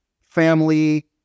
family